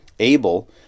Abel